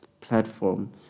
platform